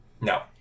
No